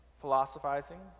philosophizing